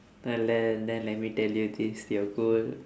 uh then then let me tell you this your goal